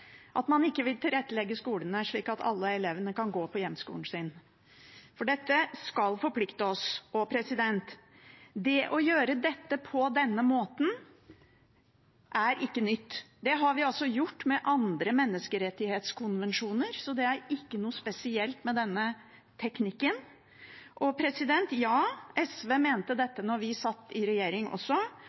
at man ikke vil tilrettelegge skolene, slik at alle elevene kan gå på hjemskolen sin. For dette skal forplikte oss. Det å gjøre dette på denne måten er ikke nytt. Det har vi gjort med andre menneskerettighetskonvensjoner, så det er ikke noe spesielt med denne teknikken. Og ja, SV mente dette da vi satt i regjering også.